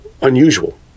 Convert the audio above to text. unusual